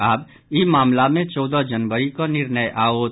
आब ई मामिला मे चौदह जनवरी कऽ निर्णय आओत